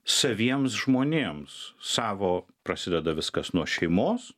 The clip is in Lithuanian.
saviems žmonėms savo prasideda viskas nuo šeimos